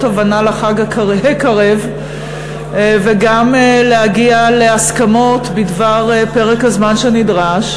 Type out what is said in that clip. הבנה לעניין החג הקרב וגם להגיע להסכמות בדבר פרק הזמן שנדרש.